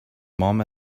mom